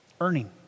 Earning